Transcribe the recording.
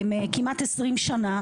כמעט 20 שנים.